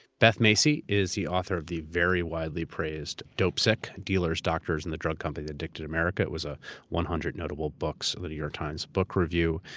beth macy is the author of the very widely praised, dopesick dealers, doctors, and the drug company that addicted america, it was a one hundred notable books of the new york times book review.